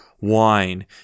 wine